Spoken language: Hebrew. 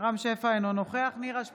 אינו נוכח נירה שפק,